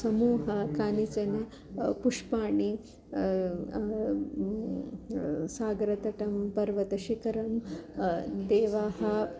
समूह कानिचन पुष्पाणि सागरतटं पर्वतशिखरं देवाः